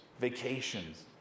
vacations